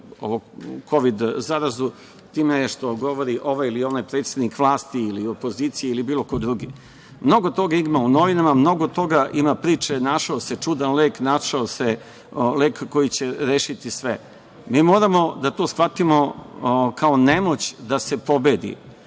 ovu Kovid zarazu time što govori ili onaj predsednik vlasti ili opozicije ili bilo ko drugi. Mnogo toga ima u novinama, mnogo toga ima priče – našao se čudan lek, našao se lek koji će rešiti sve. Mi moramo da to shvatimo kao nemoć da se pobedi